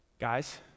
Guys